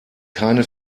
keine